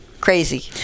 crazy